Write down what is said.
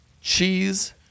cheese